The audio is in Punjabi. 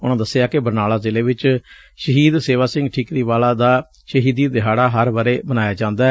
ਉਨਾਂ ਦੱਸਿਆ ਕਿ ਬਰਨਾਲਾ ਜ਼ਿਲ੍ਹੇ ਵਿਚ ਸ਼ਹੀਦ ਸੇਵਾ ਸਿੰਘ ਠੀਕਰੀਵਾਲਾ ਦਾ ਸ਼ਹੀਦੀ ਦਿਹਾੜਾ ਹਰ ਵਰੇ ਮਨਾਇਆ ਜਾਂਦੈ